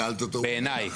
שאלת אותו בטח.